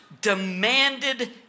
demanded